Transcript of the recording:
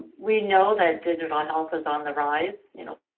we know that digital health is on the rise, you know,